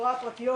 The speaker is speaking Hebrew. הפרטיות,